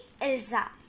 Elsa